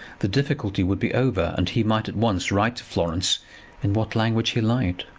the difficulty would be over, and he might at once write to florence in what language he liked.